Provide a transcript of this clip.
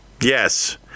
Yes